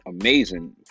amazing